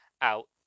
out